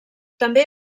també